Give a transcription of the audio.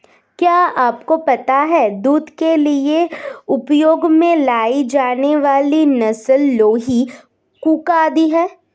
क्या आपको पता है दूध के लिए उपयोग में लाई जाने वाली नस्ल लोही, कूका आदि है?